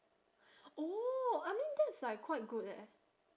oo I mean that's like quite good eh